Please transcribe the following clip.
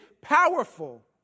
powerful